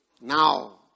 Now